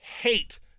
hate